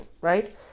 right